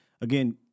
again